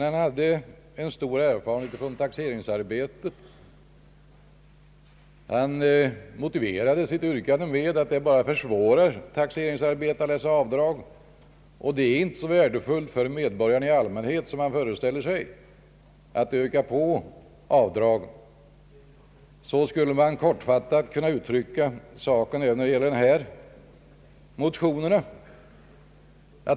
Han hade stor erfarenhet från taxeringsarbetet, och han motiverade sitt yrkande med att dessa avdrag bara försvårar taxeringsarbetet och inte är så värdefulla för medborgarna i allmänhet som man föreställer sig. Så skulle man kortfattat kunna uttrycka saken även när det gäller de motioner som nu behandlas.